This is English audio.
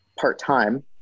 part-time